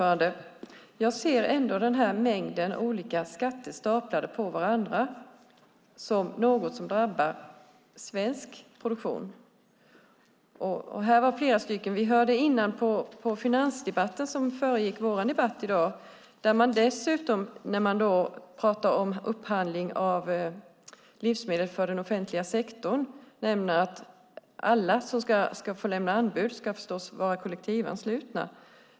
Fru talman! Jag ser ändå den här mängden olika skatter staplade på varandra som något som drabbar svensk produktion. I den finansdebatt som föregick vår debatt här i dag, där man dessutom pratade om upphandling av livsmedel för den offentliga sektorn, hörde vi att alla som ska lämna anbud förstås ska vara kollektivanslutna.